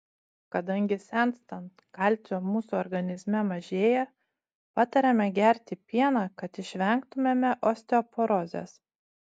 kadangi senstant kalcio mūsų organizme mažėja patariama gerti pieną kad išvengtumėme osteoporozės